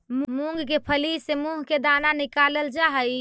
मूंग के फली से मुंह के दाना निकालल जा हई